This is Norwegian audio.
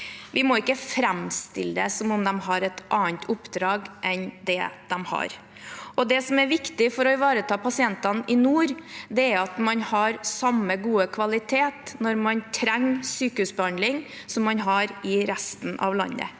Vi må ikke framstille det som om de har et annet oppdrag enn det de har. Det som er viktig for å ivareta pasientene i nord, er at man har samme gode kvalitet når man trenger sykehusbehandling, som man har i resten av landet.